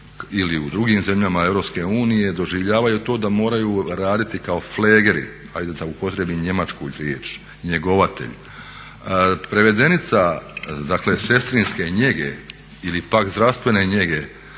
ili u drugim zemljama Europske unije doživljavaju to da moraju raditi kao pflegeri, ajde da upotrijebim njemačku riječ, njegovatelj. Prevedenica dakle sestrinske njege ili pak zdravstvene njege